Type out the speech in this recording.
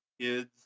kids